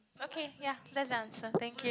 okay ya that's the answer thank you